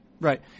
Right